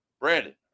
Brandon